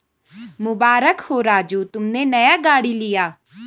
मुबारक हो राजू तुमने नया गाड़ी लिया